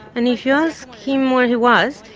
and if you asked him where he was,